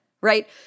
right